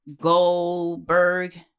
Goldberg